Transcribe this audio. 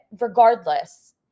regardless